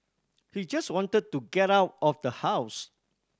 he just wanted to get out of the house